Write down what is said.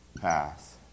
pass